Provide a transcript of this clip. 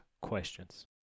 questions